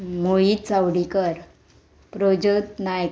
Mohit Chawdikar Prajyot Naik